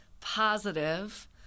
positive